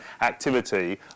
activity